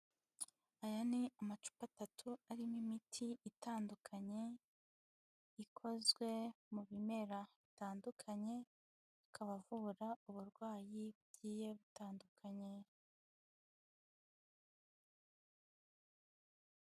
Aya ni amacupa atatu arimo imiti itandukanye, ikozwe mu bimera bitandukanye, akaba avura uburwayi bugiye butandukanye.